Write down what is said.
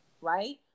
right